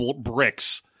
bricks